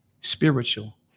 spiritual